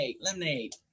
lemonade